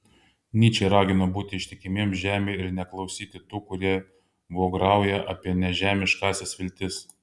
nyčė ragino būti ištikimiems žemei ir neklausyti tų kurie vograuja apie nežemiškąsias viltis